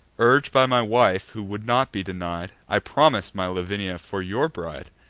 urg'd by my wife, who would not be denied, i promis'd my lavinia for your bride